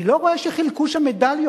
אני לא רואה שחילקו שם מדליות